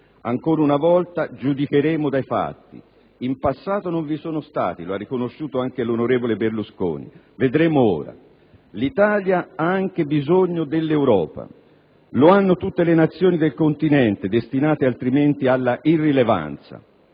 Ancora una volta giudicheremo dai fatti: in passato non vi sono stati, lo ha riconosciuto anche l'onorevole Berlusconi, vedremo ora. L'Italia ha anche bisogno dell'Europa: lo hanno tutte le nazioni del continente, destinate altrimenti all'irrilevanza.